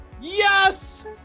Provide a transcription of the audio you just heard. Yes